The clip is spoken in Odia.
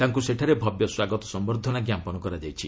ତାଙ୍କୁ ସେଠାରେ ଭବ୍ୟ ସ୍ୱାଗତ ସମ୍ଭର୍ଦ୍ଧନା ଜ୍ଞାପନ କରାଯାଇଛି